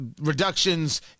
reductions